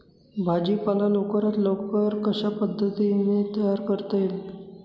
भाजी पाला लवकरात लवकर कशा पद्धतीने तयार करता येईल?